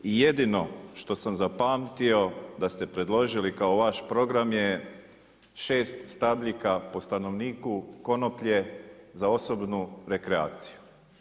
I jedno što sam zapamtio da ste predložili kao vaš program je šest stabljika po stanovniku konoplje za osobnu rekreaciju.